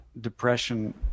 depression